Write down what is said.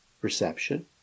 perception